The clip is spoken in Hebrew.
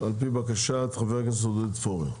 על פי בקשת חבר הכנסת עודד פורר.